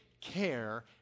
care